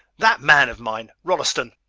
that man of mine, rolleston,